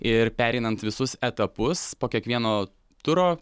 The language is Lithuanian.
ir pereinant visus etapus po kiekvieno turo